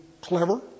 clever